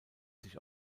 sich